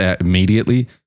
immediately